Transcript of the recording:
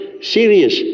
serious